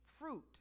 fruit